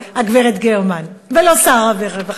הגברת גרמן, ולא שר הרווחה.